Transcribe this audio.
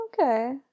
okay